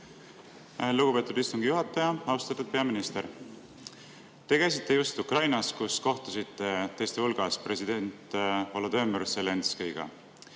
Lugupeetud istungi juhataja! Austatud peaminister! Te käisite just Ukrainas, kus kohtusite teiste hulgas president Volodõmõr Zelenskõiga.